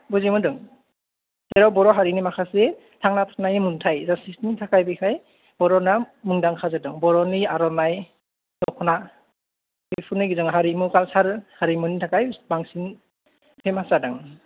बुजि मोनदों जेराव बर' हारिनि माखासे थांना थानाय मोन्थाय बेनि थाखाय बेहाय बर'ना मुंदांखा जादों बर'नि आर'नाय दख'ना बेफोरनि हारिमु हारिमुनि थाखाय एसिबांसिम फेमास जादों